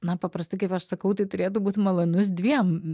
na paprastai kaip aš sakau tai turėtų būt malonus dviem